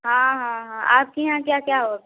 हाँ हाँ हाँ आपके यहाँ क्या क्या हो